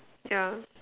yeah